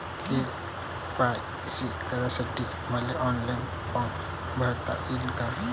KYC करासाठी मले online form भरता येईन का?